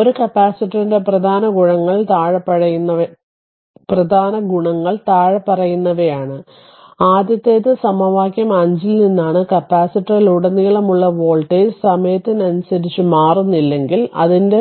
ഒരു കപ്പാസിറ്ററിന്റെ പ്രധാന ഗുണങ്ങൾ താഴെ പറയുന്നവയാണ് ആദ്യത്തേത് സമവാക്യം 5 ൽ നിന്നാണ് കപ്പാസിറ്ററിലുടനീളമുള്ള വോൾട്ടേജ് സമയത്തിനനുസരിച്ച് മാറുന്നില്ലെങ്കിൽ അതിന്